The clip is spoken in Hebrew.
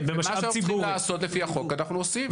מה שאנחנו צריכים לעשות לפי החוק אנחנו עושים.